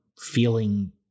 feeling